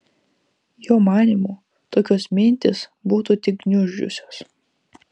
jo manymu tokios mintys būtų tik gniuždžiusios